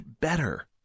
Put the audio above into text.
better